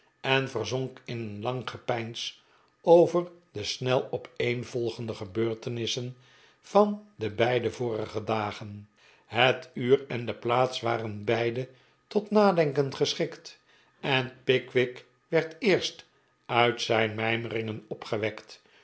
en verzonk in een lang gepeins over de snel opeenvolgende gebeurtenissen van de beide vorige dagen het uur en de plaats waren beide tot nadenken geschikt en pickwick werd eerst uit zijn mijmeringen opgewekt